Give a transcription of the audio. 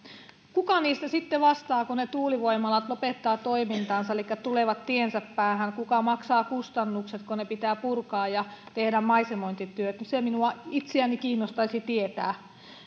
kuka niistä sitten vastaa kun ne tuulivoimalat lopettavat toimintansa elikkä tulevat tiensä päähän kuka maksaa kustannukset kun ne pitää purkaa ja tehdä maisemointityöt se minua itseäni kiinnostaisi tietää